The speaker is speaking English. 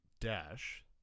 Dash